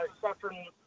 suffering